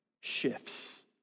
shifts